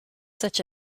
such